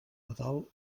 nadal